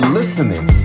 listening